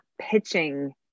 pitching